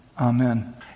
amen